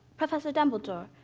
professor dumbledore,